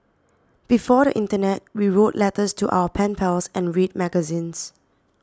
before the internet we wrote letters to our pen pals and read magazines